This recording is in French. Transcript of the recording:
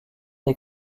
des